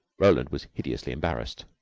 roland was hideously embarrassed.